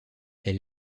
elle